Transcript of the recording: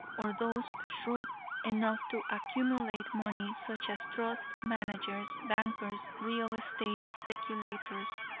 or those shrewd enough to accumulate money, such as trust managers, bankers, real estate speculators,